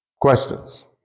Questions